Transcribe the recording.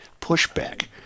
pushback